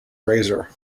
razor